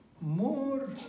more